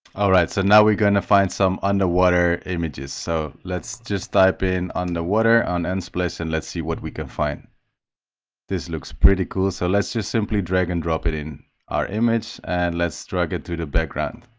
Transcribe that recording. all right so now we're going to find some underwater images so let's just type in underwater on nth place and let's see what we can find this looks pretty cool so let's just simply drag and drop it in our image and let's drag it to the background